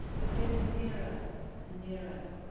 but getting nearer and nearer.